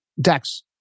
Dex